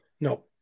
No